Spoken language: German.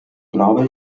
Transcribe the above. glaube